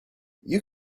you